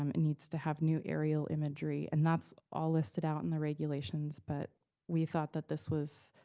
um needs to have new aerial imagery. and that's all listed out in the regulations, but we thought that this was